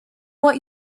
what